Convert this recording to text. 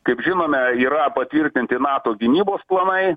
kaip žinome yra patvirtinti nato gynybos planai